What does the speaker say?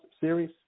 series